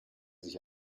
sich